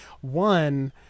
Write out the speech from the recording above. one